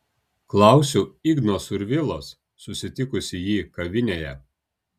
klausiu igno survilos susitikusi jį kavinėje